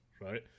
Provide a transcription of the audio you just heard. right